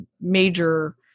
major